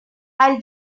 i’ll